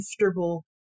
comfortable